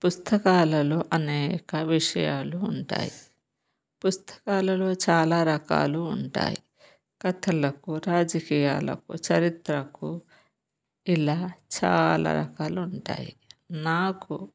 పుస్తకాలలో అనేక విషయాలు ఉంటాయి పుస్తకాలలో చాలా రకాలు ఉంటాయి కథలకు రాజకీయాలకు చరిత్రకు ఇలా చాలా రకాలు ఉంటాయి నాకు